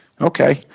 Okay